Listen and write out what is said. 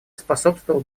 способствовал